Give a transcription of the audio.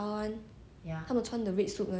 ya got the clones of them [one]